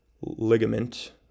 ligament